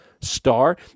star